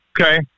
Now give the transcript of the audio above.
Okay